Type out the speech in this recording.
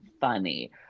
funny